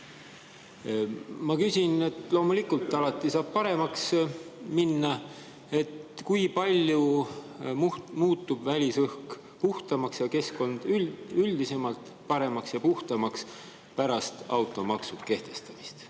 saime finaali. Loomulikult, alati saab paremaks minna. Ma küsin, et kui palju muutub välisõhk puhtamaks ning keskkond üldiselt paremaks ja puhtamaks pärast automaksu kehtestamist?